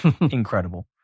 Incredible